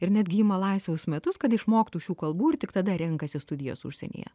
ir netgi ima laisvus metus kad išmoktų šių kalbų ir tik tada renkasi studijas užsienyje